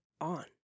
on